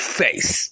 face